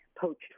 poached